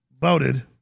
voted